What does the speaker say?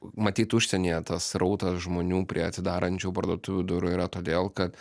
matyt užsienyje tas srautas žmonių prie atsidarančių parduotuvių durų yra todėl kad